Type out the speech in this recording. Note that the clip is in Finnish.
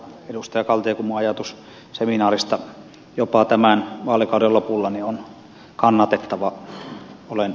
kaltiokummun ajatus seminaarista jopa tämän vaalikauden lopulla on kannatettava